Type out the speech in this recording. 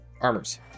Armors